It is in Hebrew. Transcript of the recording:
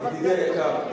ידידי היקר,